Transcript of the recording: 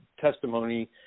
testimony